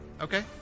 Okay